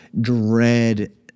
dread